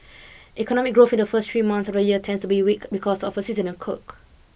economic growth in the first three months of the year tends to be weak because of a seasonal quirk